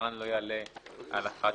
"שמספרן לא יעלה על 11",